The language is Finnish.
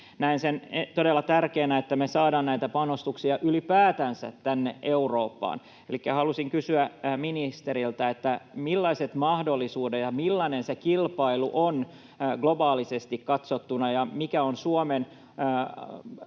Näen sen todella tärkeänä, että me saadaan näitä panostuksia ylipäätänsä tänne Eurooppaan. Elikkä haluaisin kysyä ministeriltä, millaiset mahdollisuudet ja millainen se kilpailu on globaalisesti katsottuna, ja mikä on Suomen